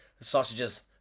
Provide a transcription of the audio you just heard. sausages